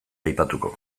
aipatuko